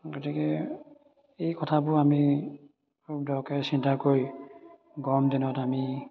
গতিকে এই কথাবোৰ আমি খুব দ'কৈ চিন্তা কৰি গৰম দিনত আমি